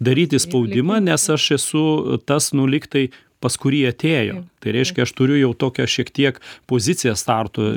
daryti spaudimą nes aš esu tas nu lygtai pas kurį atėjo tai reiškia aš turiu jau tokią šiek tiek poziciją startui